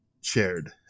shared